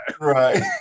Right